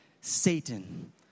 Satan